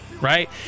right